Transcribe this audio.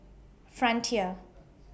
Frontier